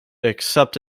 except